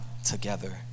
together